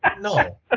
no